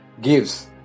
gives